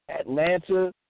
Atlanta